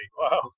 Wow